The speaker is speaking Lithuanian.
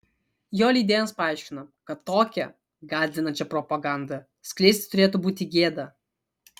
jo leidėjams paaiškino kad tokią gąsdinančią propagandą skleisti turėtų būti gėda